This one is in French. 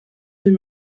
deux